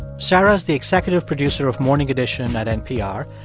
sarah's the executive producer of morning edition at npr,